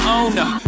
owner